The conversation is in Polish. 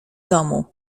domu